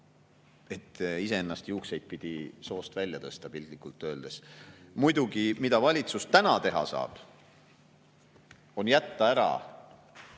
et iseennast juukseidpidi soost välja tõsta, piltlikult öeldes. Muidugi, valitsus saab teha seda, et jätta ära